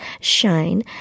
shine